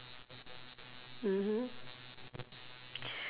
mmhmm